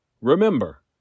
Remember